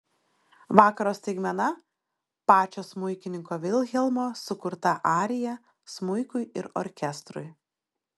vakaro staigmena pačio smuikininko vilhelmo sukurta arija smuikui ir orkestrui